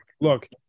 look